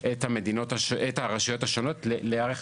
את הרשויות השונות להיערך